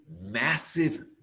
massive